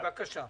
בבקשה.